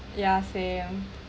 ya same